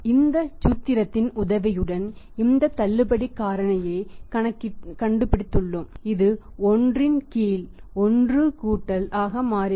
இந்த சூத்திரத்தின் உதவியுடன் இந்த தள்ளுபடி காரணி கண்டுபிடித்துள்ளோம் இது 1 கீழ் 1 ஆக மாறிவிடும்